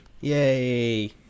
Yay